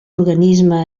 organisme